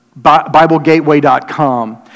BibleGateway.com